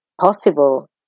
possible